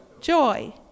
joy